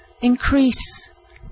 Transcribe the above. Increase